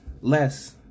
less